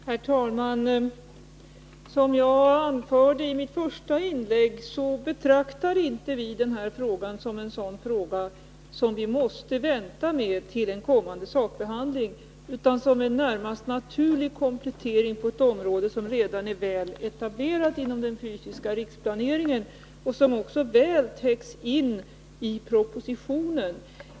Herr talman! Som jag anförde i mitt första inlägg betraktar inte vi den här frågan som en fråga vi måste vänta med till en kommande sakbehandling utan som en närmast naturlig komplettering på ett område som redan är väl etablerat inom den fysiska riksplaneringen och som även täcks in väl i propositionen.